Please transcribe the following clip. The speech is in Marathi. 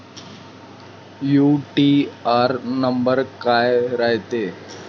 यू.टी.आर नंबर काय रायते?